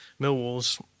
Millwall's